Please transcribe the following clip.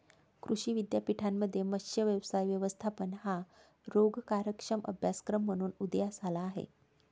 कृषी विद्यापीठांमध्ये मत्स्य व्यवसाय व्यवस्थापन हा रोजगारक्षम अभ्यासक्रम म्हणून उदयास आला आहे